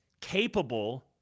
capable